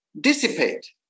dissipate